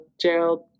Gerald